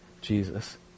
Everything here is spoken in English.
Jesus